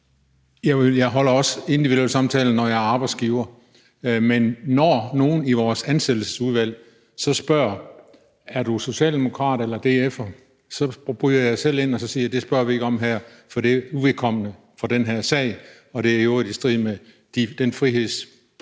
jeg holder også individuelle samtaler, når jeg er arbejdsgiver, og når nogen i vores ansættelsesudvalg så spørger, om vedkommende er socialdemokrat eller DF'er, bryder jeg selv ind og siger, at det spørger vi ikke om her, for det er uvedkommende for den her sag, og det er i øvrigt i strid med den frihedsrettighed,